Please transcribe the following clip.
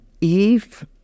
Eve